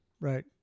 right